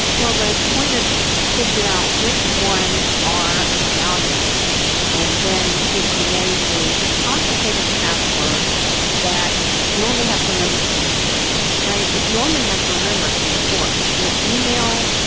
well, the point is to figure out which ones are valuable and then to create a complicated password that you only have to remember three or four of them. if you only had to remember three or four your email,